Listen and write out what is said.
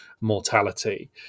mortality